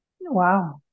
Wow